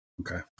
Okay